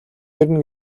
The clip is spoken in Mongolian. ирнэ